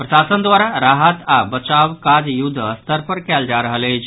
प्रशासन द्वारा राहत आओर बचावक काज युद्धस्तर पर कयल जा रहल अछि